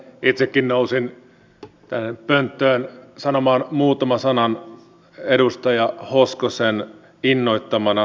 itsekin nousin tänne pönttöön sanomaan muutaman sanan edustaja hoskosen innoittamana